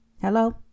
Hello